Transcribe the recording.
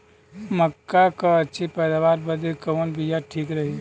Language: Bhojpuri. मक्का क अच्छी पैदावार बदे कवन बिया ठीक रही?